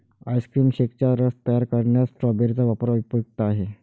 ice cream शेकचा रस तयार करण्यात स्ट्रॉबेरी चा वापर उपयुक्त आहे